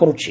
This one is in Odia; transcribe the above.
କରୁଛି